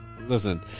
listen